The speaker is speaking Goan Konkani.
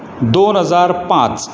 दोन हजार पांच